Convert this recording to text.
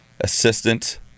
assistant